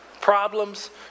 problems